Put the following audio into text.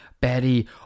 Betty